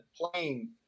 playing –